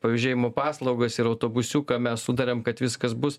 pavėžėjimų paslaugas ir autobusiuką mes sutarėm kad viskas bus